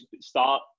start